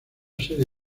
serie